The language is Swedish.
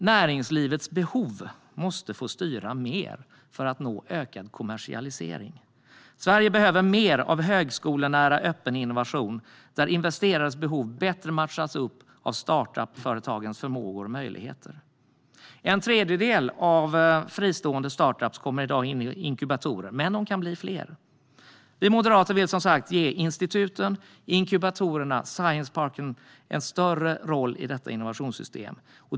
Näringslivets behov måste få styra mer för att nå ökad kommersialisering. Sverige behöver mer av högskolenära öppen innovation, där investerares behov bättre matchas upp av startup-företagens förmågor och möjligheter. En tredjedel av fristående startup-företag kommer i dag in i inkubatorer, men de kan bli fler. Vi moderater vill som sagt ge institut, inkubatorer och science parks större roll i detta innovationssystem.